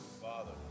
Father